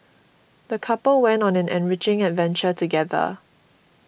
the couple went on an enriching adventure together